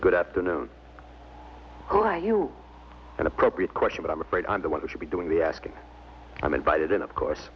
good afternoon you an appropriate question but i'm afraid i'm the one who should be doing the asking i'm invited in of course